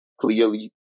clearly